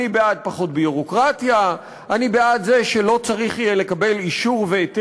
אני בעד פחות ביורוקרטיה,